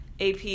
AP